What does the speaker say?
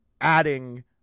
adding